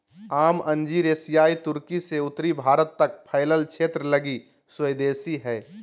आम अंजीर एशियाई तुर्की से उत्तरी भारत तक फैलल क्षेत्र लगी स्वदेशी हइ